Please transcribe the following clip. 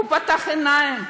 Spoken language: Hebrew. הוא פתח עיניים,